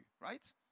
Right